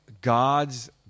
God's